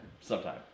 Sometime